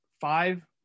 five